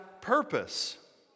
purpose